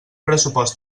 pressupost